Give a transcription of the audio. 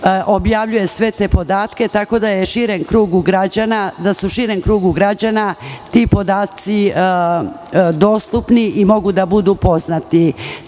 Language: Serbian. objavljuje sve te podatke, tako da su širem krugu građana ti podaci dostupni i mogu da budu poznati. Što